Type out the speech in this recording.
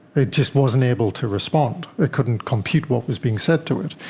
it just wasn't able to respond, it couldn't compute what was being said to it.